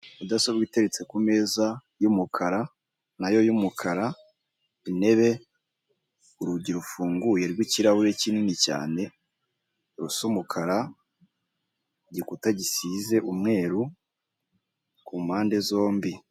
Mudasobwa itetse kumeza y'umukara nayo y'umukara, intebe urugi rufunguye rwikirahure kinini cyane rusa umukara, gikuta gisize umweru ku mpande zombi.